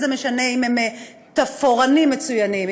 לא משנה אם הם תפאורנים מצוינים,